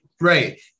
Right